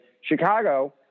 Chicago